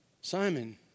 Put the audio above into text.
Simon